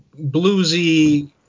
bluesy